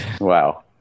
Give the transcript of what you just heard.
wow